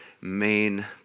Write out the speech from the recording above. main